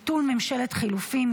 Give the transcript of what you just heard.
(ביטול ממשלת חילופים),